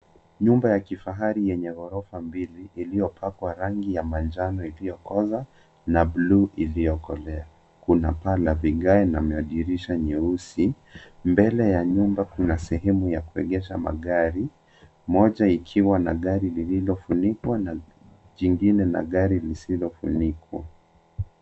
Nyumba ya kifarahi yenye ghorofa mbili iliyopakwa ranyi ya manjano iliyokoza na blue iliyokolea. Kuna paa la vigae na madirisha nyeusi. Mbele ya nyumba kuna sehemu ya kuegesha magari mmoja ikiwa na gari lililofunikwa na jingine na gari lisilofunikwa.